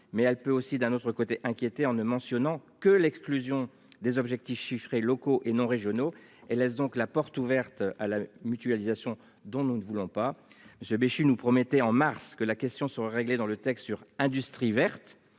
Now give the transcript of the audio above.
Mais elle peut aussi d'un autre côté inquiétés en ne mentionnant que l'exclusion des objectifs chiffrés locaux et non régionaux et laisse donc la porte ouverte à la mutualisation dont nous ne voulons pas je Béchu nous promettait en mars que la question soit réglée dans le texte sur industrie verte.